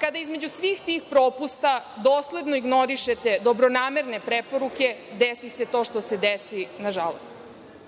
Kada između svih tih propusta dosledno ignorišete dobronamerne preporuke, desi se to što se desi, nažalost. Preporuke